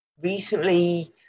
Recently